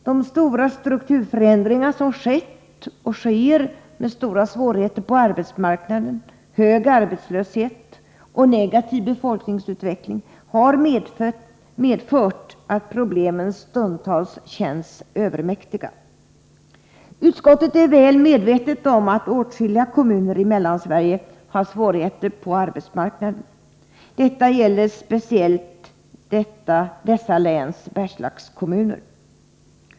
De stora strukturförändringarna som skett och sker, med stora svårigheter på arbetsmarknaden, hög arbetslöshet och negativ befolkningsutveckling, har medfört att problemen stundtals känns övermäktiga. Utskottet är väl medvetet om att åtskilliga kommuner i Mellansverige har svårigheter på arbetsmarknaden. Detta gäller speciellt dessa läns Bergslagskommuner.